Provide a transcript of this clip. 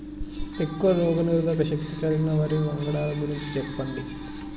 ఎక్కువ రోగనిరోధక శక్తి కలిగిన వరి వంగడాల గురించి చెప్పండి?